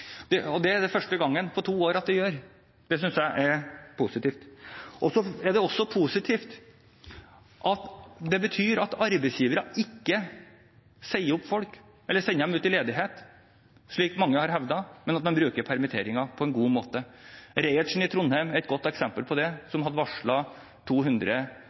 litt ned. Og det er første gangen på to år at det gjør det. Det synes jeg er positivt. Det betyr at arbeidsgivere ikke sier opp folk eller sender dem ut i ledighet, slik mange har hevdet, men at man bruker permitteringer på en god måte. Reinertsen i Trondheim, som hadde varslet 200 permitterte, er eksempel som viser at permitteringsregelverket fungerer, balanserer og blir brukt etter den hensikten det